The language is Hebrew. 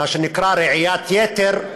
מה שנקרא רעיית יתר,